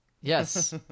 Yes